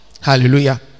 hallelujah